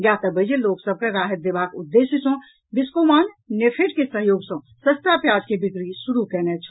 ज्ञातव्य अछि जे लोक सभ के राहति देबाक उद्देश्य सँ बिस्कोमान नेफेड के सहयोग सँ सस्ता प्याज के बिक्री शुरू कयने छल